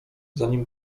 zanim